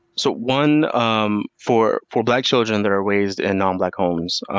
so one, um for for black children that are raised in non-black homes,